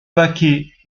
baquets